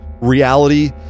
reality